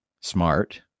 smart